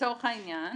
לצורך העניין?